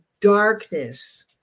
darkness